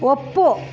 ಒಪ್ಪು